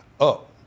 up